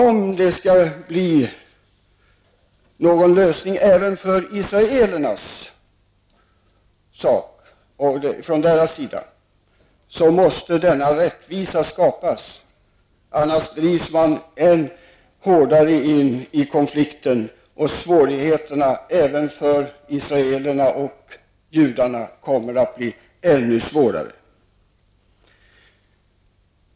Om det skall bli någon lösning sett även ur israelernas synpunkt måste denna rättvisa skapas. Annars drivs man än hårdare in i konflikten, och svårigheterna även för israelerna och judarna kommer att bli ännu större.